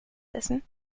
essen